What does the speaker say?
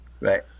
Right